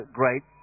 great